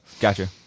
gotcha